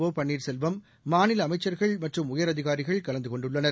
ஒபன்னீர்செல்வம் மாநில அமைச்சர்கள் மற்றும் உயரதிகாரிகள் கலந்து கொண்டுள்ளளனர்